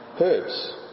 herbs